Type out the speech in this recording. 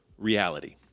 Reality